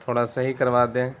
تھوڑا صحیح کروا دیں